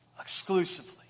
exclusively